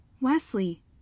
Wesley